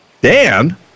Dan